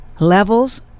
levels